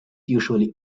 usually